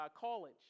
college